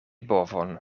bovon